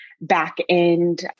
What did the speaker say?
back-end